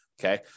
Okay